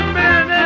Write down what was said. man